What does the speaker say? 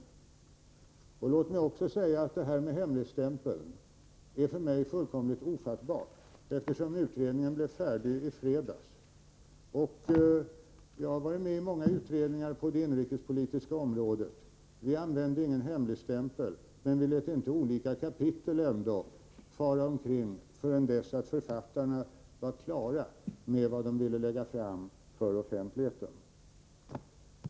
Låt mig också säga att uppgiften om hemligstämpeln är fullkomligt ofattbar för mig, eftersom utredningen blev färdig i fredags. Jag har varit med i många utredningar på det inrikespolitiska området. Vi använde ingen hemligstämpel, men lät inte olika kapitel ”fara omkring” innan författarna var klara med vad de ville lägga fram för offentligheten.